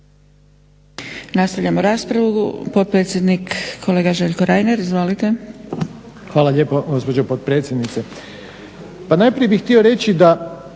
Nastavljamo raspravu. Potpredsjednik kolega Željko Reiner, izvolite. **Reiner, Željko (HDZ)** Hvala lijepo gospođo potpredsjednice. Pa najprije bih htio reći da